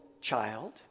child